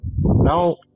Now